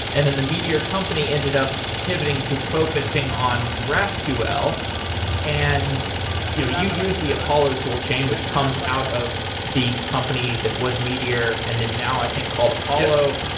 and then the meteor company ended up pivoting to focusing on graphql and you know you used the apollo toolchain, which comes out of the company that was meteor and is now i think called apollo.